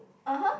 (uh huh)